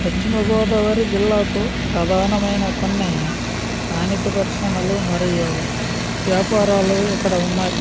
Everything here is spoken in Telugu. పశ్చిమ గోదావరి జిల్లాకు ప్రధానమైన కొన్ని స్థానిక పరిశ్రమలు మరియు వ్యాపారాలు ఇక్కడ ఉన్నాయి